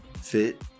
fit